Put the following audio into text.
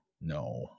no